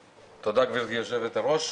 תודה, גברתי היושבת-ראש.